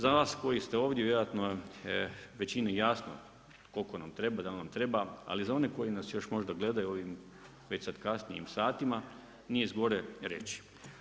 Za vas koji ste ovdje vjerojatno je većini jasno koliko nam treba i da li nam treba, ali za one koji nas još možda gledaju već sada kasnijim satima nije zgore reći.